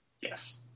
Yes